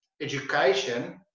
education